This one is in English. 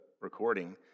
recording